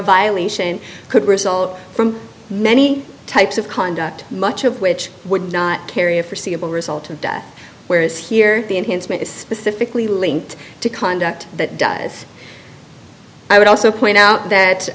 violation could result from many types of conduct much of which would not carry a forseeable result of death whereas here the enhancement is specifically linked to conduct that does i would also point out that